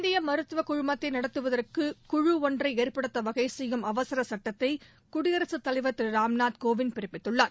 இந்திய மருத்துவக்குழுமத்தை நடத்துவதற்கு குழு ஒன்றை ஏற்படுத்த வகைசெய்யும் அவசரசுட்டத்தை குடியரசுத்தலைவர் திரு ராம்நாத் கோவிந்த் பிறப்பித்துள்ளார்